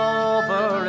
over